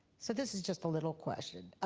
so this is just a little question,